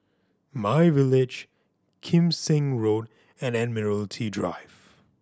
MyVillage Kim Seng Road and Admiralty Drive